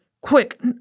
Quick